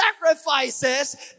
sacrifices